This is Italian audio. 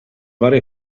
vari